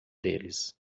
deles